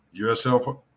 USL